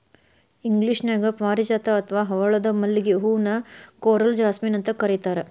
ಇಂಗ್ಲೇಷನ್ಯಾಗ ಪಾರಿಜಾತ ಅತ್ವಾ ಹವಳದ ಮಲ್ಲಿಗೆ ಹೂ ನ ಕೋರಲ್ ಜಾಸ್ಮಿನ್ ಅಂತ ಕರೇತಾರ